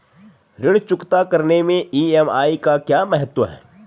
ऋण चुकता करने मैं ई.एम.आई का क्या महत्व है?